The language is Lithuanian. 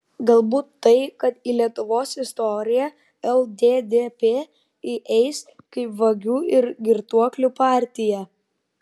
galbūt tai kad į lietuvos istoriją lddp įeis kaip vagių ir girtuoklių partija